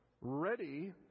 ready